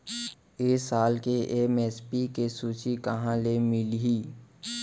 ए साल के एम.एस.पी के सूची कहाँ ले मिलही?